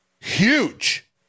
huge